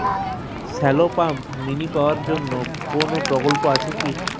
Shallow pump mini পাওয়ার জন্য কোনো প্রকল্প আছে কি?